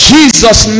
Jesus